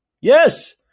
Yes